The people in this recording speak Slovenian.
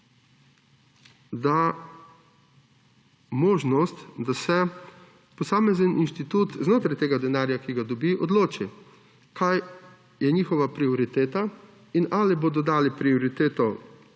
da možnost, da se posamezni inštitut znotraj tega denarja, ki ga dobi, odloči, kaj je njihova prioriteta in ali bodo dali prioriteto